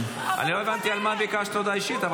לא הבנתי על מה ביקשת הודעה אישית,